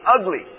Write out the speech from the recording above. ugly